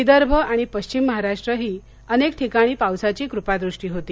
विदर्भ आणि पश्चिम महाराष्ट्रातही नेक ठिकाणी पावसाची कुपादृष्टी होती